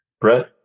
Brett